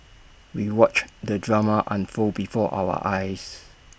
we watched the drama unfold before our eyes